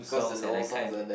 cause the old songs are the